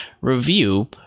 review